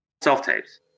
self-tapes